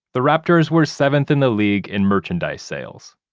the raptors were seventh in the league in merchandise sales.